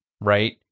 right